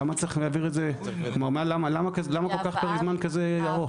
למה פרק זמן כזה ארוך?